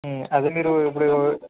అదే మీరు ఇప్పుడు